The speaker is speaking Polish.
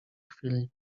chwili